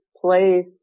place